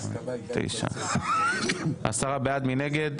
10 בעד, 1 נגד.